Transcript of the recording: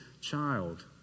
child